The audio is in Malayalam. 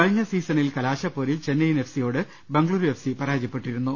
കഴിഞ്ഞ സീസണിൽ കലാശപ്പോരിൽ ചെന്നൈയിൻ എഫ് സിയോട് ബംഗളുരു എഫ് സി പരാജയപ്പെട്ടിരുന്നു